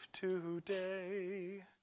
today